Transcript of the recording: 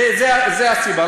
זו הסיבה.